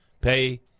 Pay